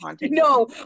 no